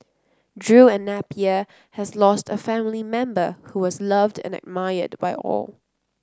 Drew and Napier has lost a family member who was loved and admired by all